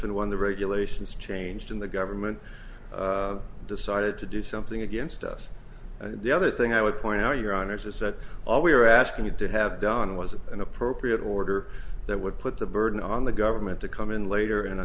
and when the regulations changed in the government decided to do something against us and the other thing i would point out your honor says that all we were asking you to have done was an appropriate order that would put the burden on the government to come in later and